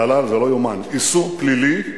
כלל, זה לא יאומן, איסור פלילי,